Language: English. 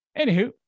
Anywho